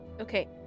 Okay